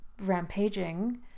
rampaging